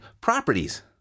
properties